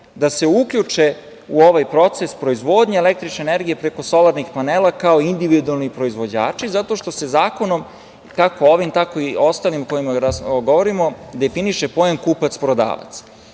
da se uključe u ovaj proces proizvodnje električne energije preko solarnih panela kao individualni proizvođači zato što se zakonom, kako ovim, tako i ostalim o kojima govorimo, definiše pojam kupac-prodavac.U